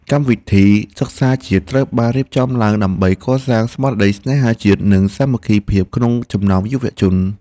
កម្មវិធីសិក្សាជាតិត្រូវបានរៀបចំឡើងដើម្បីកសាងស្មារតីស្នេហាជាតិនិងសាមគ្គីភាពក្នុងចំណោមយុវជន។